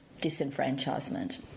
disenfranchisement